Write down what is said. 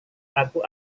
aku